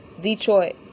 Detroit